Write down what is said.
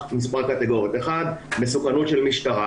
מספר קטגוריות: 1. מסוכנות של משטרה